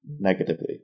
negatively